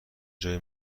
جای